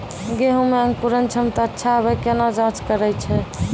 गेहूँ मे अंकुरन क्षमता अच्छा आबे केना जाँच करैय छै?